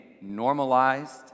normalized